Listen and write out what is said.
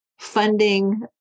funding